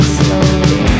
slowly